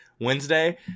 Wednesday